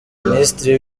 minisitiri